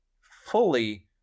fully